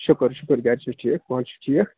شُکُر شُکُر گَرِ چھِو ٹھیٖک پانہٕ چھِو ٹھیٖک